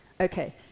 Okay